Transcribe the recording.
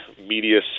media